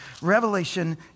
Revelation